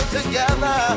together